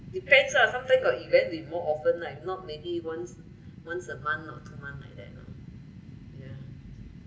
depends lah something got event they more often lah if not maybe once once a month or two months like that lah yeah